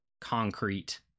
concrete